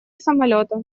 самолета